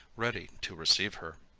ready to receive her.